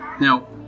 Now